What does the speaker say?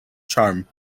charm